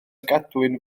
gadwyn